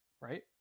Right